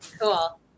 cool